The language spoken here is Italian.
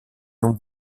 non